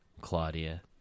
Claudia